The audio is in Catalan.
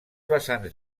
vessants